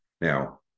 now